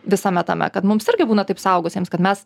visame tame kad mums irgi būna taip suaugusiems kad mes